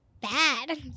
bad